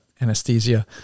anesthesia